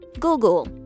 Google